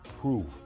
proof